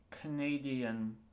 Canadian